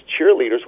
cheerleaders